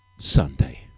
Sunday